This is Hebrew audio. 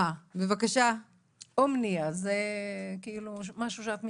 "אמאנינא" זה משאלותינו.